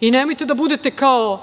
I nemojte da budete kao